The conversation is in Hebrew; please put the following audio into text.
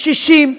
קשישים,